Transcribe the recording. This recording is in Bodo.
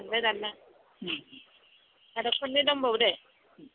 दानदो दानदो आरो खननै दंबावो दे